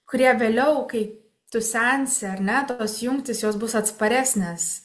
kurie vėliau kai tu sensi ar ne tos jungtys jos bus atsparesnės